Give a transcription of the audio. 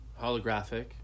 holographic